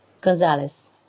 Gonzalez